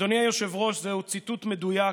אדוני היושב-ראש, זהו ציטוט מדויק